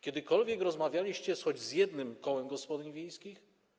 Kiedykolwiek rozmawialiście choć z jednym kołem gospodyń wiejskich?